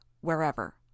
wherever